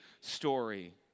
story